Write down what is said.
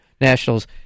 nationals